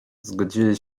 zgodzili